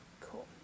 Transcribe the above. cool